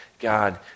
God